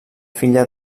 filla